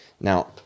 Now